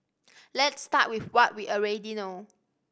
let's start with what we already know